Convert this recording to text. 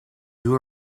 new